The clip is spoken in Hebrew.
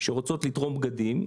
שרוצות לתרום בגדים,